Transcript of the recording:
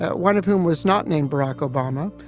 ah one of whom was not named barack obama,